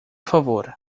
favor